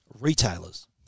retailers